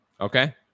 Okay